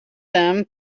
them